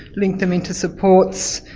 link them into supports,